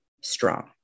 strong